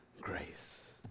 grace